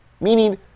meaning